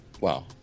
Wow